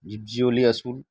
ᱡᱤᱵᱽ ᱡᱤᱭᱟᱹᱞᱤ ᱟᱥᱩᱞ